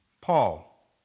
Paul